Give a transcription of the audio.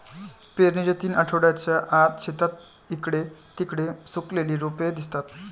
पेरणीच्या तीन आठवड्यांच्या आत, शेतात इकडे तिकडे सुकलेली रोपे दिसतात